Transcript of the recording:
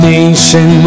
nation